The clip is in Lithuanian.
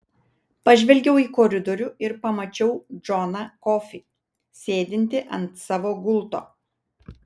pažvelgiau į koridorių ir pamačiau džoną kofį sėdintį ant savo gulto